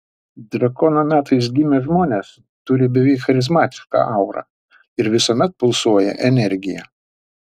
drakono metais gimę žmonės turi beveik charizmatišką aurą ir visuomet pulsuoja energija